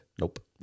Nope